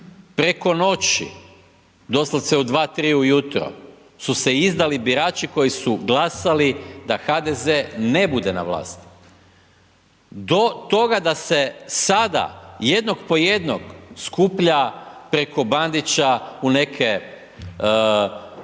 preko noći doslovce u 2, 3 ujutro, su se izdali birači koji su glasali da HDZ ne bude na vlasti, do toga da se sada jednog po jednog skuplja preko Bandića u neke